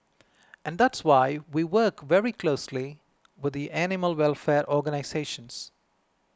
and that's why we work very closely with the animal welfare organisations